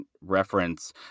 reference